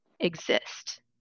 Exist